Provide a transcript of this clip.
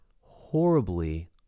horribly